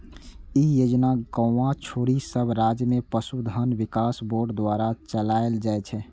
ई योजना गोवा छोड़ि सब राज्य मे पशुधन विकास बोर्ड द्वारा चलाएल जाइ छै